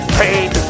pain